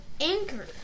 Anchor